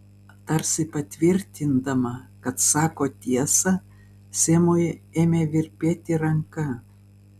tarsi patvirtindama kad sako tiesą semui ėmė virpėti ranka